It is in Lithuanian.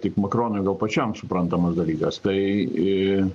tik makronui gal pačiam suprantamas dalykas tai